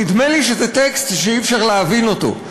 נדמה לי שזה טקסט שאי-אפשר להבין אותו.